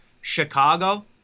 chicago